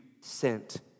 sent